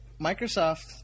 Microsoft